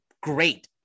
great